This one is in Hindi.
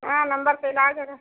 हाँ नम्बर से लाय करो